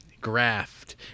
graft